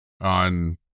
on